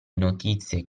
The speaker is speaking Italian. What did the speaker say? notizie